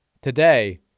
today